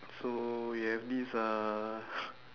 so you have this uh